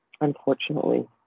unfortunately